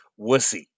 wussy